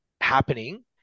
happening